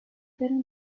fueron